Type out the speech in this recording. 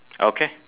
okay